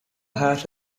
hat